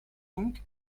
donc